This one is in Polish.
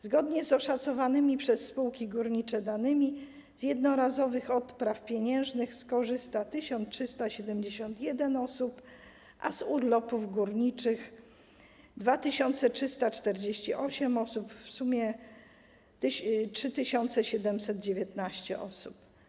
Zgodnie z oszacowanymi przez spółki górnicze danymi z jednorazowych odpraw pieniężnych skorzysta 1371 osób, a z urlopów górniczych - 2348 osób, w sumie 3719 osób.